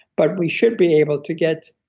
but we should be able to get